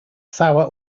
sour